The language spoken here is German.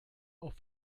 auf